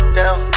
down